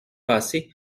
passé